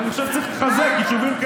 אז הכתבים,